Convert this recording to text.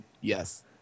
yes